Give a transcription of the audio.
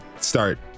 start